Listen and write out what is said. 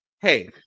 Hey